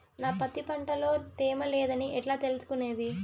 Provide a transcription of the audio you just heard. నా పత్తి పంట లో తేమ లేదని ఎట్లా తెలుసుకునేది?